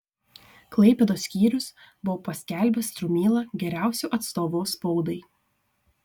klaipėdos skyrius buvo paskelbęs strumylą geriausiu atstovu spaudai